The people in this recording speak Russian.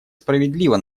справедливо